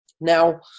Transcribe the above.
Now